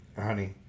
honey